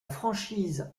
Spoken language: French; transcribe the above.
franchise